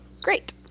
Great